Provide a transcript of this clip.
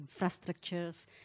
infrastructures